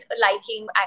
liking